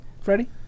Freddie